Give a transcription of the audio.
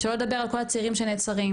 שלא לדבר על כל הצעירים שנעצרים,